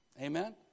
Amen